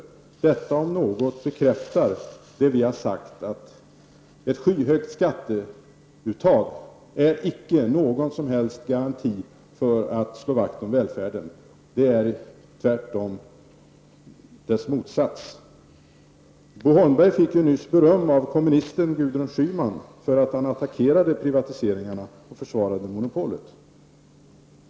Detta om något bekräftar det vi moderater har sagt om att ett skyhögt skatteuttag icke är någon som helst garanti när det gäller att slå vakt om välfärden. Det är tvärtom dess motsats. Bo Holmberg fick alldeles nyss beröm av kommunisten Gudrun Schyman för att han attackerade privatiseringarna och försvarade monopolet.